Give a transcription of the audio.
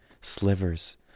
slivers